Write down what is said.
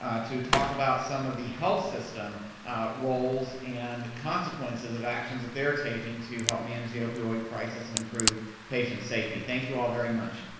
ah to talk about some of the health system roles and consequences of actions that they're taking to help manage the opioid crisis and improve patient safety. thank you all very much.